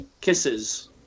kisses